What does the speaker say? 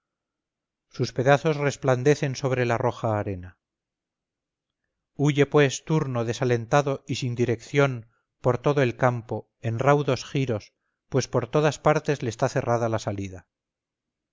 sus pedazos resplandecen sobre la roja arena huye pues turno desatentado y sin dirección por todo el campo en raudos giros pues por todas partes le está cerrada la salida